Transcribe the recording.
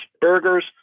burgers